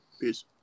Peace